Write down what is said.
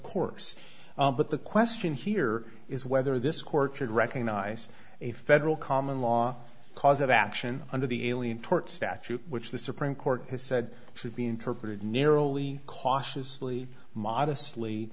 course but the question here is whether this court should recognize a federal common law cause of action under the alien tort statute which the supreme court has said should be interpreted narrowly cautiously modestly